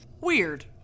weird